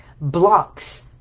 blocks